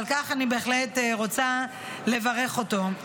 על כך אני בהחלט רוצה לברך אותו.